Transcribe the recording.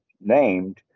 named